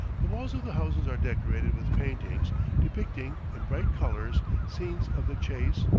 the walls of the houses are decorated with paintings depicting, in bright colors, scenes of the chase,